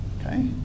Okay